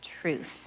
truth